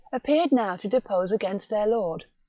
appeared now to depose against their lord.